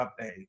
update